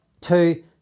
two